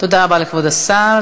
תודה רבה לכבוד השר.